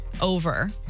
over